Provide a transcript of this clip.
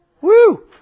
Woo